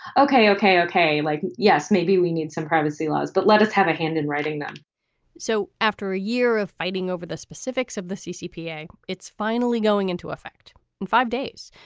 ok, ok, ok. like yes, maybe we need some privacy laws, but let us have a hand in writing them so after a year of fighting over the specifics of the ccpoa, it's finally going into effect in five days.